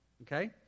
Okay